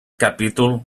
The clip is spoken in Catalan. capítol